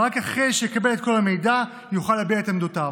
ורק אחרי שיקבל את כל המידע יוכל להביע את עמדותיו.